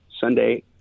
Sunday